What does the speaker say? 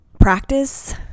Practice